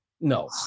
no